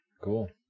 Cool